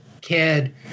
kid